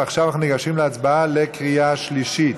ועכשיו אנחנו ניגשים להצבעה לקריאה שלישית,